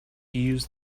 use